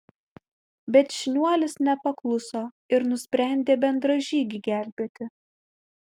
bet šniuolis nepakluso ir nusprendė bendražygį gelbėti